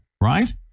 right